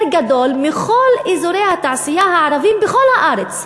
גדול מכל אזורי התעשייה הערביים בכל הארץ,